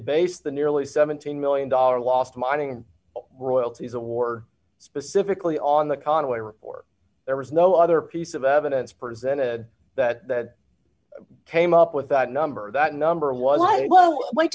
based the nearly seventeen million dollar loss mining royalties a war specifically on the conway report there was no other piece of evidence presented that came up with that number that number